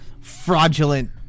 fraudulent